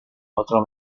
otro